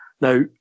Now